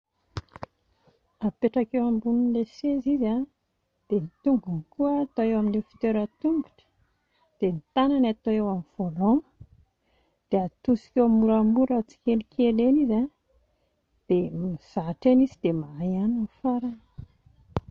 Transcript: Apetraka eo ambonin'ilay seza izy a, dia ny tongony koa hatao eo amin'ilay fitoeran-tongotra dia ny tanany hatao eo amin'ny volant dia hatosikao moramora tsikelikely eny izy a dia mizatra eny izy dia mahay ihany ny farany